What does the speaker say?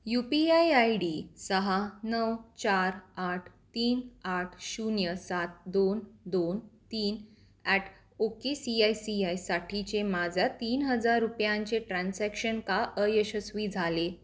you P I I D सहा नऊ चार आठ तीन आठ शून्य सात दोन दोन तीन at O K C I C आयसाठीचे माझ्या तीन हजार रुपयांचे ट्रान्झॅक्शन का अयशस्वी झाले